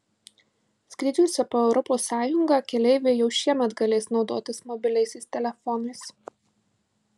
skrydžiuose po europos sąjungą keleiviai jau šiemet galės naudotis mobiliaisiais telefonais